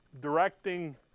directing